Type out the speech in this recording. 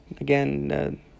again